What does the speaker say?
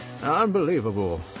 Unbelievable